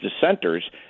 dissenters